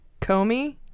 Comey